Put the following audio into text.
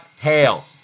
hail